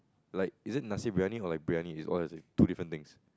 like is it nasi-briyani or like Briyani on its own it's two different things